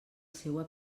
seua